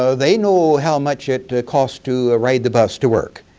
so they know how much it costs to ah ride the bus to work